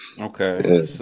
Okay